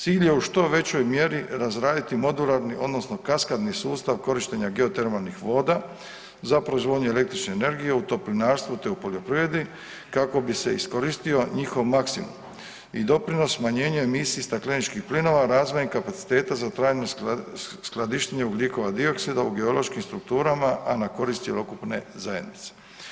Cilj je u što većoj mjeri razraditi modularni odnosno kaskadni sustav korištenja geotermalnih voda za proizvodnju električne energije, u toplinarstvu te u poljoprivredi kako bi se iskoristio njihov maksimum i doprinos smanjenje emisije stakleničkih plinova, razvojnih kapaciteta za trajno skladištenje ugljikova dioksida u geološkim strukturama, a na korist cjelokupne zajednice.